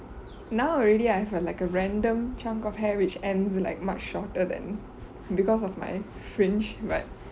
now already I have a like a random chunk of hair which ends like much shorter than because of my fringe right